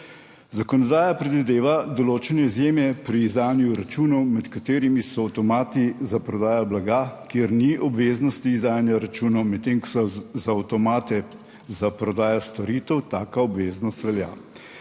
Zakonodaja predvideva določene izjeme pri izdajanju računov, med katerimi so avtomati za prodajo blaga, kjer ni obveznosti izdajanja računov, medtem ko za avtomate za prodajo storitev taka obveznost velja.